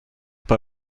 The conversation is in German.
bei